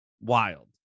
wild